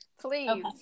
please